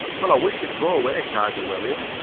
well, i wish you'd go away, kaiser william,